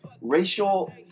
Racial